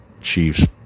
Chiefs